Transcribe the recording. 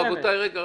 רבותיי, רגע.